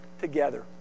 together